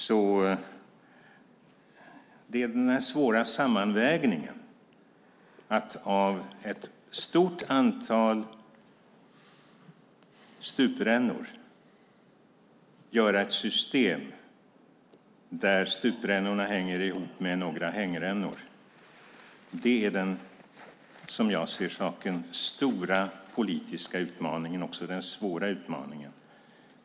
Det är den där svåra sammanvägningen att av ett stort antal stuprör göra ett system där stuprören hänger ihop med några hängrännor. Det är som jag ser det den stora politiska utmaningen och också den svåra utmaningen.